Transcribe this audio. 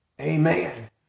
Amen